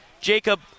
Jacob